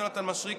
יונתן מישרקי,